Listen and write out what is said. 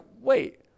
wait